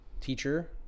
teacher